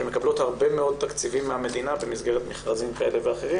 שמקבלות הרבה מאוד תקציבים מהמדינה במסגרת מכרזים כאלה ואחרים